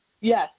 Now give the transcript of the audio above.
Yes